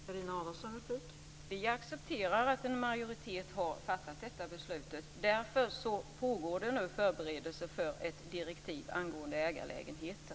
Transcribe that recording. Fru talman! Vi accepterar att en majoritet har fattat detta beslut. Därför pågår det nu förberedelser för ett direktiv angående ägarlägenheter.